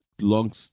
Long